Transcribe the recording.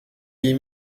lie